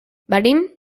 venim